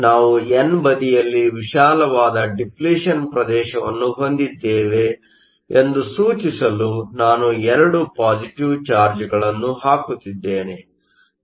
ನಾವು ಎನ್ ಬದಿಯಲ್ಲಿ ವಿಶಾಲವಾದ ಡಿಪ್ಲಿಷನ್ ಪ್ರದೇಶವನ್ನು ಹೊಂದಿದ್ದೇವೆ ಎಂದು ಸೂಚಿಸಲು ನಾನು 2 ಪಾಸಿಟಿವ್ ಚಾರ್ಜ್Positive chargeಗಳನ್ನು ಹಾಕುತ್ತಿದ್ದೇನೆ